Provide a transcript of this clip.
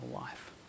life